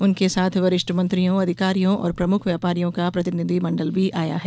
उनके साथ वरिष्ठ मंत्रियों अधिकारियों और प्रमुख व्यापारियों का प्रतिनिधि मंडल आया है